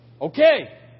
Okay